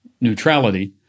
neutrality